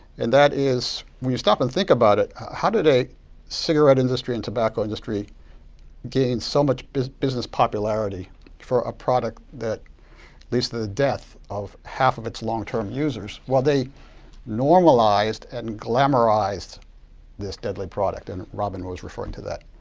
and that is, when you stop and think about it, how did a cigarette industry and tobacco industry gain so much business business popularity for a product that leads to death of half of its long-term users. well, they normalized and glamorized this deadly product. and robin was referring to that.